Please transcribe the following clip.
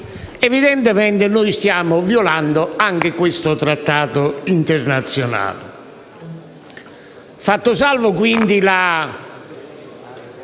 evidentemente stiamo violando anche questo trattato internazionale.